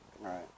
Right